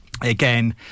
Again